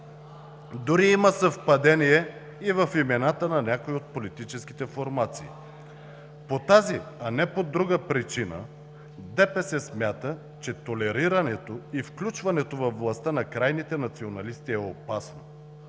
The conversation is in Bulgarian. Дори има съвпадение и в имената на някои от политическите формации. По тази, а не по друга причина ДПС смята, че толерирането и включването във властта на крайните националисти е опасно,